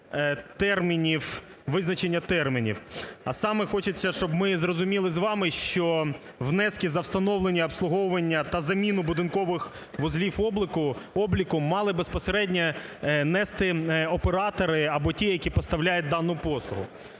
визначення термінів. А саме хочеться, щоб ми зрозуміли з вами, що внески за встановлення обслуговування та заміну будинкових вузлів обліку мали безпосередньо нести оператори або ті, які поставляють дану послугу.